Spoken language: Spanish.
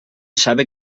sabe